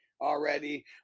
already